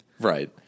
Right